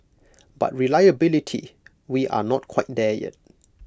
but reliability we are not quite there yet